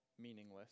meaningless